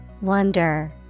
Wonder